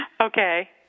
Okay